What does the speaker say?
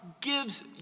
gives